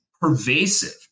pervasive